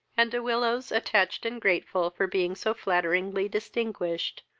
and de willows, attached and grateful for being so flatteringly distinguished,